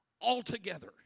altogether